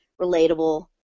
relatable